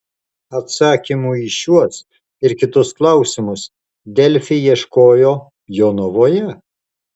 atsakymų į šiuos ir kitus klausimus delfi ieškojo jonavoje